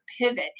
pivot